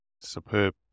Superb